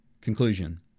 Conclusion